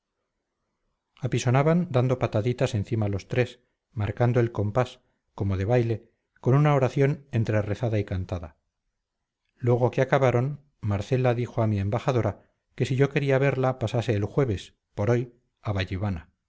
apisonaban dando pataditas encima los tres marcando el compás como de baile con una oración entre rezada y cantada luego que acabaron marcela dijo a mi embajadora que si yo quería verla pasase el jueves por hoy a